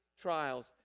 trials